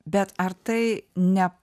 bet ar tai ne